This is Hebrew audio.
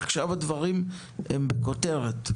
עכשיו הדברים הם בכותרת.